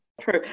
true